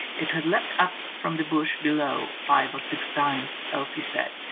it had leapt up from the bush below five or six times, elsie said,